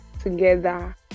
together